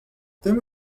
temo